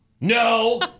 no